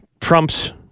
Trump's